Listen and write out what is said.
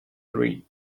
three